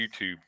YouTube